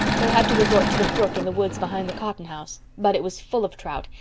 they had to resort to the brook in the woods behind the cotton house. but it was full of trout,